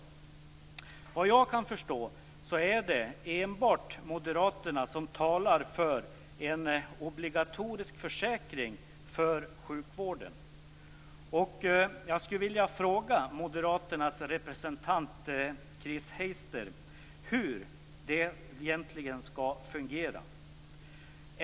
Såvitt jag kan förstå är det enbart moderaterna som talar för en obligatorisk försäkring för sjukvården. Jag skulle vilja fråga moderaternas representant, Chris Heister, hur det egentligen skall fungera?